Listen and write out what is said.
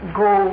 go